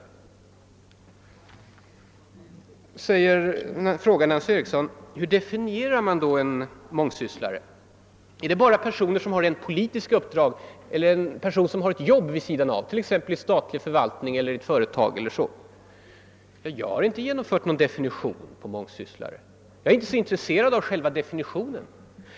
Så frågar Nancy Eriksson hur mångsyssleri definieras. är mångsysslare bara personer som har politiska uppdrag eller personer som har arbeten vid sidan om, t.ex. i statlig förvaltning eller i företag? Jag har inte gjort någon definition av mångsyssleri och är inte särskilt intresserad av sådana definitioner.